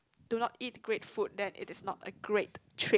do not eat great food then it is not a great trip